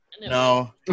No